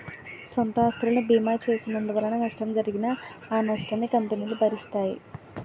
సొంత ఆస్తులకు బీమా చేసినందువలన నష్టం జరిగినా ఆ నష్టాన్ని కంపెనీలు భరిస్తాయి